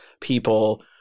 people